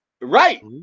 Right